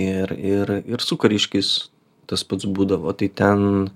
ir ir ir su kariškiais tas pats būdavo tai ten